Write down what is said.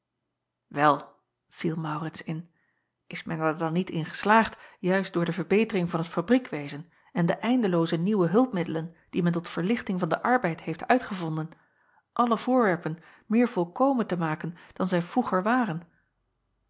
el viel aurits in is men er dan niet in geslaagd juist door de verbetering van t fabriekwezen en de eindelooze nieuwe hulpmiddelen die men tot verlichting van den arbeid heeft uitgevonden alle voorwerpen meer volkomen te maken dan zij vroeger waren